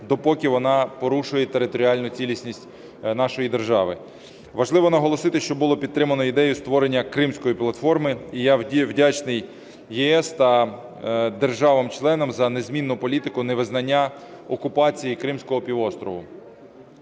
допоки вона порушує територіальну цілісність нашої держави. Важливо наголосити, що було підтримано ідею створення "Кримської платформи", і я вдячний ЄС та державам-членам за незмінну політику невизнання окупації Кримського півострова.